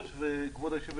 מונא, את יכולה?